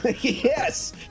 Yes